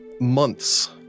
months